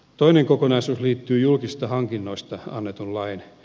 toinen kokonaisuus liittyy julkisista hankinnoista annettuun lakiin